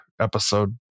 episode